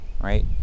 right